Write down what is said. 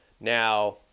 now